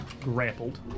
grappled